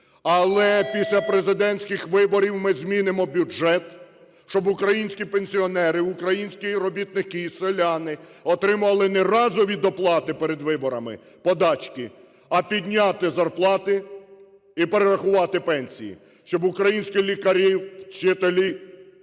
Але після президентських виборів ми змінимо бюджет, щоб українські пенсіонери, українські робітники, селяни отримали не разові доплати перед виборами, подачки, а підняти зарплати і перерахувати пенсії, щоб українські лікарі, вчителі,